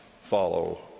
follow